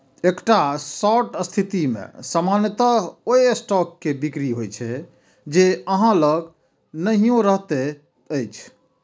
एकटा शॉर्ट स्थिति मे सामान्यतः ओइ स्टॉक के बिक्री होइ छै, जे अहां लग नहि रहैत अछि